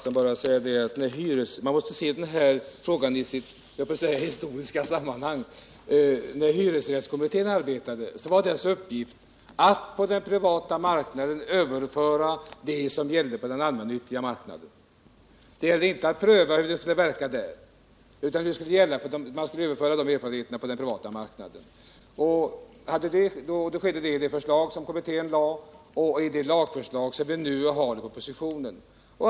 Herr talman! Man måste se denna fråga i sitt historiska sammanhang. När hyresrättskommittén arbetade var dess uppgift att på den privata marknaden överföra det som gällde på den allmännyttiga marknaden. Det gällde där inte att pröva hur detta skulle verka på den senare marknaden utan endast ett överförande av erfarenheterna till den privata marknaden. Det var utgångspunkten för det förslag som kommittén lade fram och för det nu föreliggande propositionsförslaget.